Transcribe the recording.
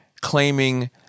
claiming